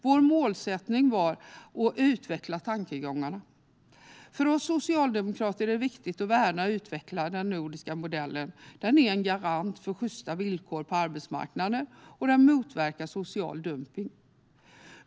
Vår målsättning var att utveckla tankegångarna. För oss socialdemokrater är det viktigt att värna och utveckla den nordiska modellen. Den är en garant för sjysta villkor på arbetsmarknaden, och den motverkar social dumpning.